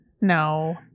no